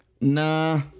Nah